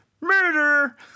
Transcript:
murder